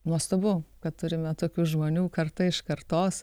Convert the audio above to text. nuostabu kad turime tokių žmonių karta iš kartos